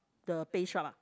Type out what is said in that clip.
the paste shop ah